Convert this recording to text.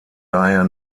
daher